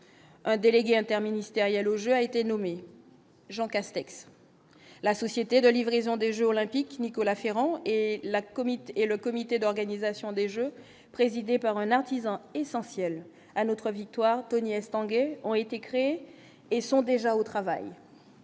un délégué interministériel aux Jeux, a été nommé Jean Castex, la société de livraison des Jeux olympiques, Nicolas Ferrand et la comité et le comité d'organisation des Jeux, présidée par un artisan essentiel à notre victoire, Tony Estanguet, ont été créés et sont déjà au travail.